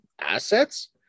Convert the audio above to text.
assets